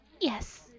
Yes